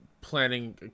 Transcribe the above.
planning